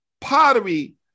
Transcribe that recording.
pottery